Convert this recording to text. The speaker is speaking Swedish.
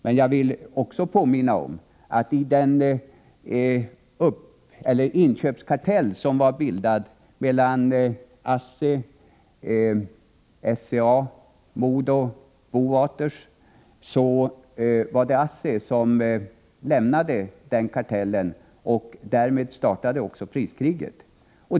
Men jag vill också påminna om att när det gäller den inköpskartell som hade bildats mellan ASSI, SCA, MoDo och Bowaters, var det ASSI som lämnade den kartellen. Därmed startade också detta priskrig.